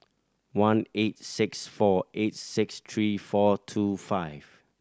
one eight six four eight six three four two five